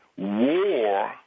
war